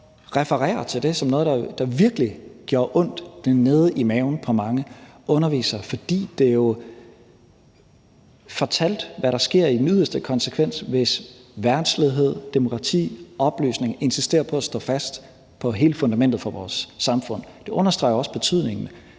refererer til det som noget, der virkelig gjorde ondt nede i maven på mange undervisere, fordi det jo fortalte, hvad der sker i yderste konsekvens, hvis verdslighed, demokrati og oplysning insisterer på at stå fast på hele fundamentet for vores samfund. Det understreger jo også betydningen